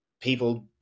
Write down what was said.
people